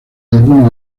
algunos